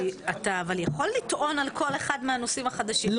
אבל אתה יכול לטעון על כל אחד מהנושאים החדשים,